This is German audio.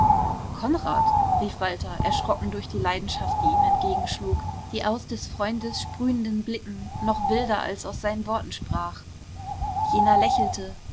konrad rief walter erschrocken durch die leidenschaft die ihm entgegenschlug die aus des freundes sprühenden blicken noch wilder als aus seinen worten sprach jener lächelte